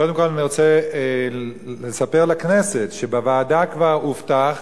קודם כול, אני רוצה לספר לכנסת שבוועדה כבר הובטח,